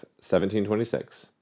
1726